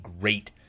great